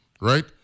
right